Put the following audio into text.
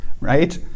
Right